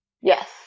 Yes